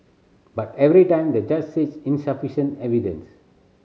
but every time the judge says insufficient evidence